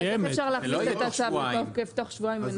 זה לא שבועיים.